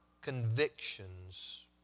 convictions